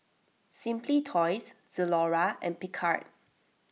Simply Toys Zalora and Picard